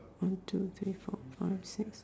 one two three four five six